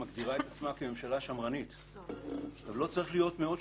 מתוך הנחה שבינתיים הממשלה קובעת את --- אבל שתיהן על